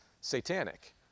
satanic